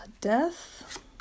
Death